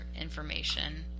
information